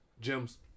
Gems